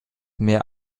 mehr